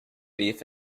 beef